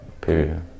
Period